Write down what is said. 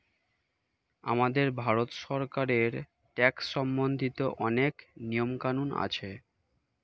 আমাদের ভারত সরকারের ট্যাক্স সম্বন্ধিত অনেক নিয়ম কানুন আছে